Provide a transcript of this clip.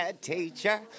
teacher